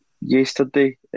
yesterday